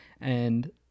and-